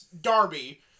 Darby